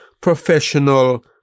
professional